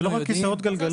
זה לא רק כיסאות גלגלים.